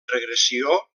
regressió